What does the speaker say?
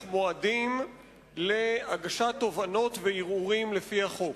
מועדים להגשת תובענות וערעורים לפי החוק.